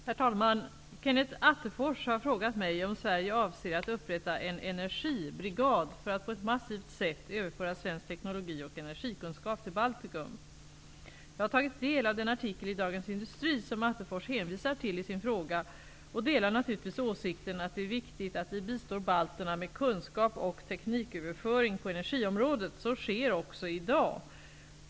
Herr talman! Kenneth Attefors har frågat mig om Sverige avser att upprätta en ''energibrigad'' för att på ett massivt sätt överföra svensk teknologi och energikunskap till Baltikum. Jag har tagit del av den artikel i Dagens Industri som Attefors hänvisar till i sin fråga och delar naturligtvis åsikten att det är viktigt att vi bistår balterna med kunskap och tekniköverföring på energiområdet. Så sker också i dag.